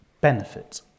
benefit